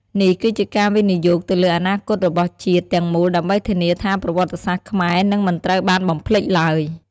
នេះគឺជាការវិនិយោគទៅលើអនាគតរបស់ជាតិទាំងមូលដើម្បីធានាថាប្រវត្តិសាស្ត្រខ្មែរនឹងមិនត្រូវបានបំភ្លេចឡើយ។